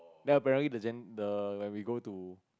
then apparently the gent when we go to